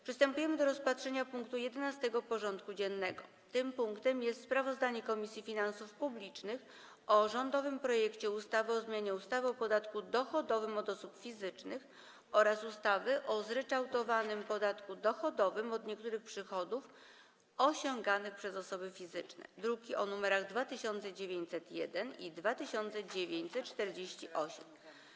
Przystępujemy do rozpatrzenia punktu 11. porządku dziennego: Sprawozdanie Komisji Finansów Publicznych o rządowym projekcie ustawy o zmianie ustawy o podatku dochodowym od osób fizycznych oraz ustawy o zryczałtowanym podatku dochodowym od niektórych przychodów osiąganych przez osoby fizyczne (druki nr 2901 i 2948)